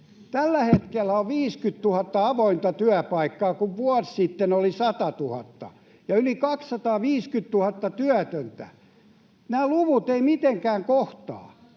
Tällä hetkellä on 50 000 avointa työpaikkaa, kun taas vuosi sitten oli 100 000, ja yli 250 000 työtöntä. Nämä luvut eivät mitenkään kohtaa.